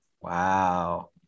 Wow